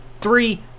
three